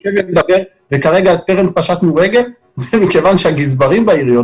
כרגע טרם פשטנו רגל מכיוון שהגזברים בעיריות